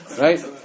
right